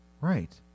Right